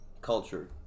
culture